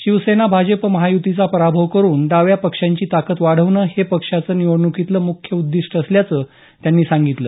शिवसेना भाजप महायुतीचा पराभव करून डाव्या पक्षांची ताकद वाढवणं हे पक्षाचं या निवडणुकीतलं मुख्य उद्दीष्ट असल्याचं त्यांनी सांगितलं